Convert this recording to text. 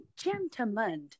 gentlemen